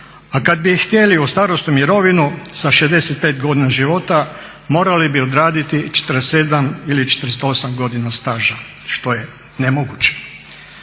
a kada bi htjeli u starosnu mirovinu sa 65 godina života morali bi odraditi 47 ili 48 godina staža što je nemoguće.